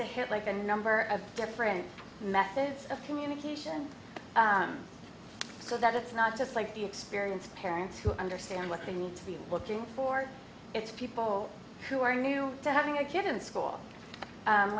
to hit like a number of different methods of communication so that it's not just like the experience of parents who understand what they need to be looking for it's people who are new to having a kid in school